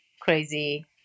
crazy